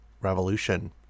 revolution